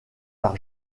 par